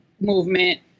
movement